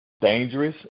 dangerous